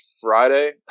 Friday